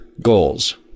goals